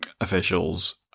officials